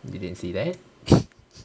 you didn't see that